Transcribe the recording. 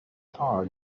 are